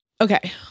Okay